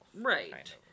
Right